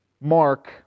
Mark